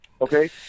okay